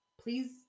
please